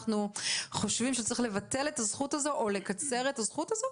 אנחנו חושבים שצריך לבטל את הזכות הזאת או לקצר את הזכות הזאת"?